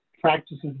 practices